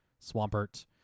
Swampert